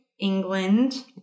England